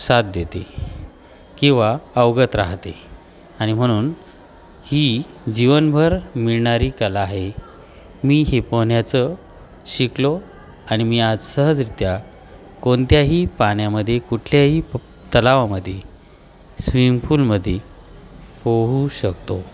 साथ देते किंवा अवगत राहते आणि म्हणून ही जीवनभर मिळणारी कला आहे मी हे पोहण्याचं शिकलो आणि मी आज सहजरित्या कोणत्याही पाण्यामध्ये कुठल्याही प तलावामध्ये स्विमिंगपूलमध्ये पोहू शकतो